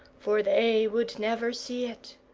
for they would never see it.